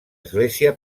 església